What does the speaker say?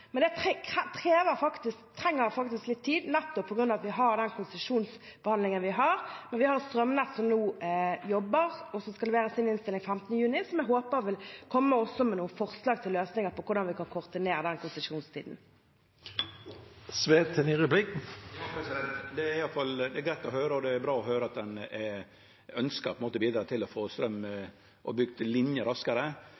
men det trenger faktisk litt tid, nettopp på grunn av at vi har den konsesjonsbehandlingen vi har. Men vi har strømnettutvalget, som jobber nå og skal levere sin innstilling 15. juni, som jeg håper vil komme med noen forslag til løsninger på hvordan vi kan korte ned den konsesjonstiden. Det er greitt og bra å høyre at ein ønskjer å bidra til å få bygd linjer raskare. Frå nettselskapa vert det sagt at det fort kan gå 8–10 år før ein kan få